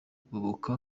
kugoboka